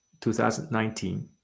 2019